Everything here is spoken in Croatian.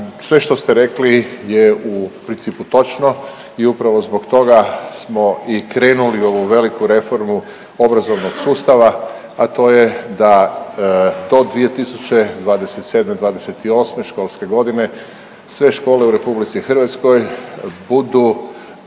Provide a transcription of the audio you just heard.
Sve što ste rekli je u principu točno i upravo zbog toga smo i krenuli u ovu veliku reformu obrazovnog sustava, a to je da do 2027./'28. školske godine sve škole u RH budu